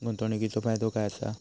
गुंतवणीचो फायदो काय असा?